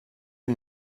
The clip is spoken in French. ils